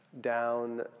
down